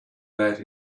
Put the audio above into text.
that